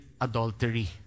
adultery